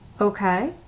Okay